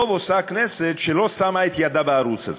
טוב עושה הכנסת שאינה שמה את ידה בערוץ הזה.